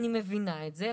אני מבינה את זה,